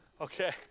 okay